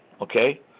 okay